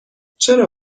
چرا